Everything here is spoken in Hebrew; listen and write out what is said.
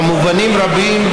במובנים רבים,